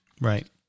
Right